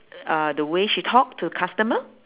uh the way she talk to customer